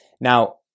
Now